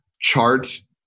charts